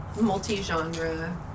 multi-genre